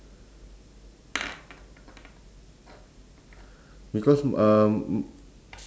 because m~ uh m~